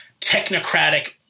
technocratic